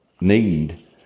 need